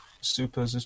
super